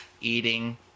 eating